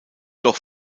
doch